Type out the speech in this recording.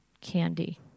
candy